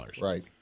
Right